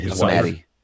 Maddie